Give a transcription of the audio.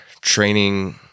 training